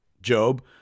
Job